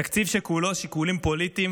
תקציב שכולו שיקולים פוליטיים